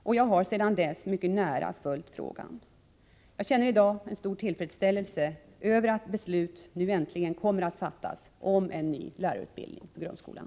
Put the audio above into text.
Och jag har sedan dess mycket nära följt frågan. Jag känner i dag mycket stor tillfredsställelse över att beslut nu kommer att fattas om en ny lärarutbildning för grundskolan.